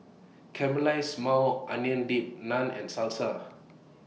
Caramelized Maui Onion Dip Naan and Salsa